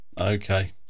okay